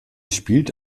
spielte